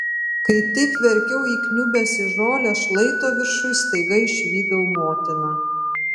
kai taip verkiau įkniubęs į žolę šlaito viršuj staiga išvydau motiną